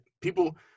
People